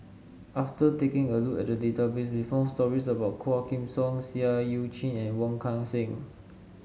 after taking a look at the database we found stories about Quah Kim Song Seah Eu Chin and Wong Kan Seng